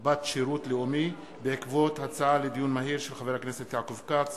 בת שירות לאומי, הצעתו של חבר הכנסת יעקב כץ,